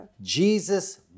Jesus